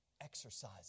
Exercise